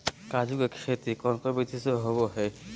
काजू के खेती कौन कौन विधि से होबो हय?